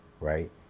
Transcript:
right